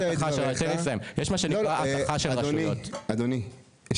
--- לא אדוני, אם אתה